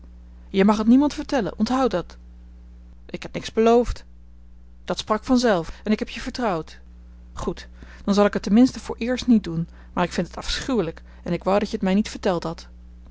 je mag het niemand vertellen onthoud dat k heb niks beloofd dat sprak vanzelf en ik heb je vertrouwd goed dan zal ik het ten minste vooreerst niet doen maar ik vind het afschuwelijk en ik wou dat je t mij niet verteld hadt